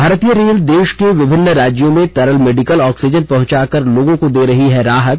भारतीय रेल देश के विभिन्न राज्यों में तरल मेडिकल ऑक्सीजन पहुंचाकर लोगों को दे रही है राहत